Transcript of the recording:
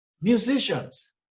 musicians